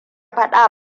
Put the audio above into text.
faɗa